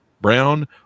Brown